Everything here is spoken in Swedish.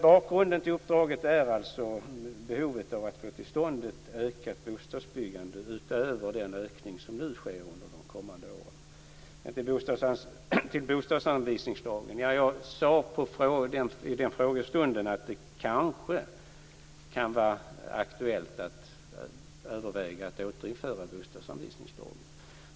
Bakgrunden till uppdraget är alltså behovet av att få till stånd ett bostadsbyggande utöver den ökning som sker under de kommande åren. Vad gäller bostadsanvisningslagen sade jag under frågestunden att det kanske kan vara aktuellt att överväga att återinföra bostadsanvisningslagen.